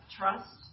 trust